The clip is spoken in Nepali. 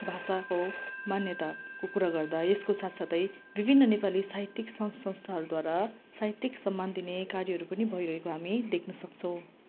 भाषाको मान्यताको कुरा गर्दा यसको साथ साथै विभिन्न नेपाली साहित्यिक सङ्घ संस्थाहरूद्वारा साहित्यिक सम्मान दिने कार्यहरू पनि भइरहेको हामी देख्न सक्छौँ